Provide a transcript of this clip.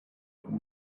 but